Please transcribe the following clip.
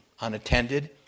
unattended